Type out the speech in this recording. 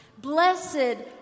Blessed